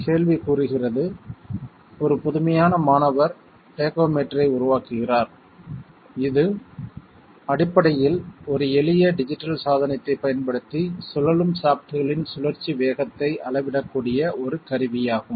கேள்வி கூறுகிறது ஒரு புதுமையான மாணவர் டேகோமீட்டரை உருவாக்குகிறார் இது அடிப்படையில் ஒரு எளிய டிஜிட்டல் சாதனத்தைப் பயன்படுத்தி சுழலும் ஷாப்ட்களின் சுழற்சி வேகத்தை அளவிடக்கூடிய ஒரு கருவியாகும்